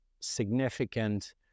significant